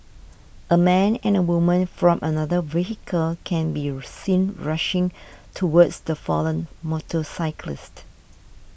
a man and a woman from another vehicle can be seen rushing towards the fallen motorcyclist